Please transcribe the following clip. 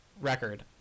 record